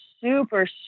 super